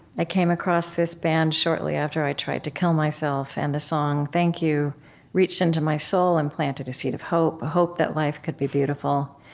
i came across this band shortly after i tried to kill myself, and the song thank you reached into my soul and planted a seed of hope, a hope that life could be beautiful.